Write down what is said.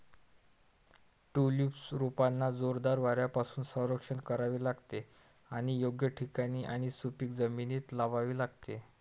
tulip रोपांना जोरदार वाऱ्यापासून संरक्षण करावे लागते आणि योग्य ठिकाणी आणि सुपीक जमिनीत लावावे लागते